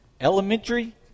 Elementary